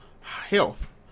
Health